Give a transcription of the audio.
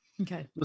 Okay